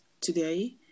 today